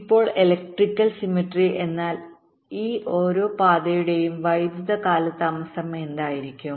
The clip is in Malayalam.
ഇപ്പോൾ എലെക്ട്രിക്കൽ സിംമെറ്ററി എന്നാൽ ഈ ഓരോ പാതയുടെയും വൈദ്യുത കാലതാമസം എന്തായിരിക്കും